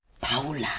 Paula